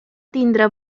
tindre